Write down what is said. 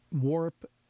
Warp